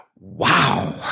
wow